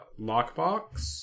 lockbox